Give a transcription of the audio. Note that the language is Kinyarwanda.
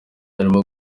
harimo